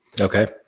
Okay